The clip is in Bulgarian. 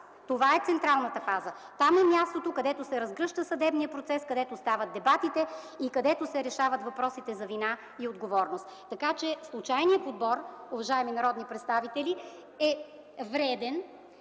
зала е централната фаза! Там е мястото, където се разгръща съдебният процес, където стават дебатите и където се решават въпросите за вина и отговорност. Така че случайният подбор, уважаеми народни представители, е вреден